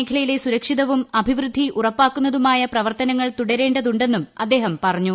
മേഖലയിലെ സുരക്ഷിതവും Indo Pacific അഭിവൃദ്ധി ഉറപ്പാക്കുന്നതുമായ പ്രവർത്തനങ്ങൾ തുടരേണ്ടതുണ്ടെന്നും അദ്ദേഹം പറഞ്ഞു